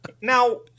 Now